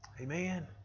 Amen